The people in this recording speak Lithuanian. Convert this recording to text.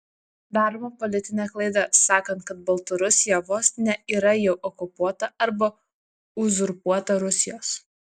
daroma politinė klaida sakant kad baltarusija vos ne yra jau okupuota arba uzurpuota rusijos